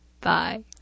bye